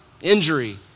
injury